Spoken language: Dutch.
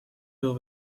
wil